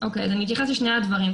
אני אתייחס לשני הדברים.